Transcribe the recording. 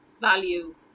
value